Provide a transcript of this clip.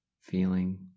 feeling